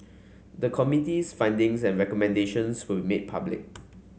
the Committee's findings and recommendations will made public